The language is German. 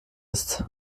ist